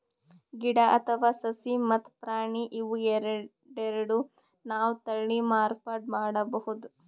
ಗಿಡ ಅಥವಾ ಸಸಿ ಮತ್ತ್ ಪ್ರಾಣಿ ಇವ್ ಎರಡೆರಡು ನಾವ್ ತಳಿ ಮಾರ್ಪಾಡ್ ಮಾಡಬಹುದ್